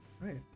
Right